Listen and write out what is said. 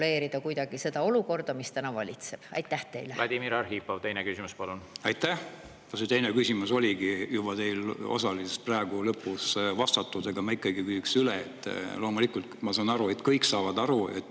kuidagi seda olukorda, mis valitseb. Vladimir Arhipov, teine küsimus, palun! Aitäh! See teine küsimus saigi teil osaliselt praegu lõpus vastatud, aga ma ikkagi küsiks üle. Loomulikult ma saan aru ja kõik saavad aru, et